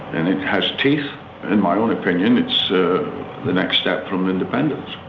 and it has teeth, in my own opinion it's the next step from independence.